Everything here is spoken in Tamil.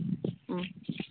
ம்